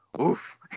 oof